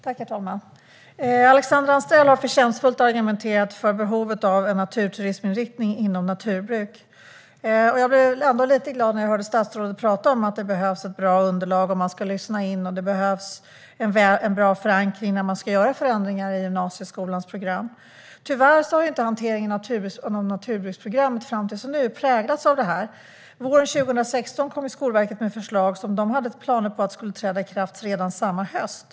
Herr talman! Alexandra Anstrell har förtjänstfullt argumenterat för behovet av en naturturisminriktning inom naturbruk. Jag blev lite glad när jag hörde statsrådet tala om att det behövs ett bra underlag, att man ska lyssna in och att det behövs en bra förankring när man ska göra förändringar i gymnasieskolans program. Tyvärr har inte hanteringen av naturbruksprogrammet fram till nu präglats av detta. Våren 2016 kom Skolverket med ett förslag som man hade planer på skulle träda i kraft redan samma höst.